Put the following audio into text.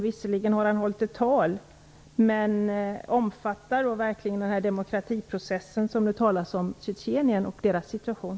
Visserligen har han hållit ett tal, men omfattar den demokratiprocess som det talas om här verkligen Tjetjenien och dess situation?